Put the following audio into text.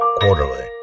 Quarterly